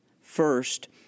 First